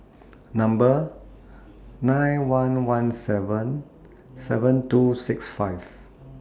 Number nine one one seven seven two six five